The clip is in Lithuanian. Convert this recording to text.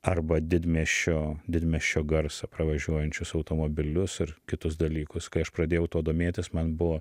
arba didmiesčio didmiesčio garsą pravažiuojančius automobilius ir kitus dalykus kai aš pradėjau tuo domėtis man buvo